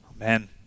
Amen